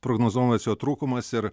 prognozuojamas jo trūkumas ir